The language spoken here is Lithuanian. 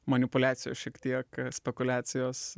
manipuliacijos šiek tiek spekuliacijos